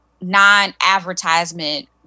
non-advertisement